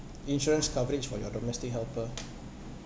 insurance coverage for your domestic helper